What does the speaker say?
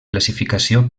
classificació